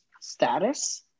status